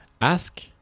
ask